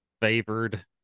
favored